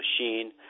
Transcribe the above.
machine